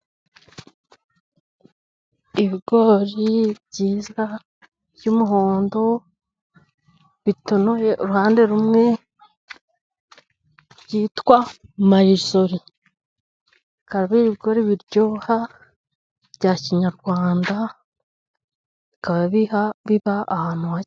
Ibigori byiza by'umuhondo, bitonoye uruhande rumwe byitwa Marizori. Bikaba ari ibigori biryoha bya kinyarwanda, bikaba biba ahantu hake.